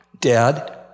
Dad